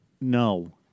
No